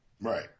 Right